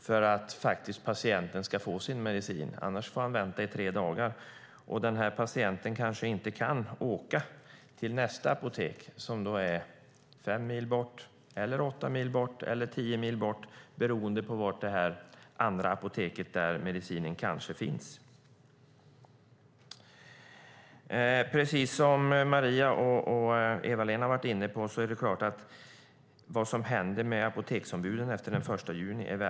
Annars får patienten vänta i tre dagar, och patienten kanske inte kan åka till nästa apotek som ligger fem, åtta eller tio mil bort beroende på var det andra apoteket ligger där medicinen kanske finns. Precis som Maria Stenberg och Eva-Lena Jansson varit inne på är det väldigt intressant att få veta vad som händer med apoteksombuden efter den 1 juni.